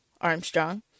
Armstrong